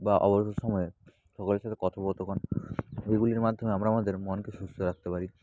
বা অবসর সময়ে সকলের সাথে কথোপকথন এইগুলির মাধ্যমে আমরা আমাদের মনকে সুস্থ রাখতে পারি